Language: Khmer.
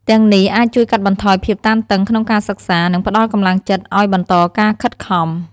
ទាំងនេះអាចជួយកាត់បន្ថយភាពតានតឹងក្នុងការសិក្សា និងផ្តល់កម្លាំងចិត្តឱ្យបន្តការខិតខំ។